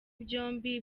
byombi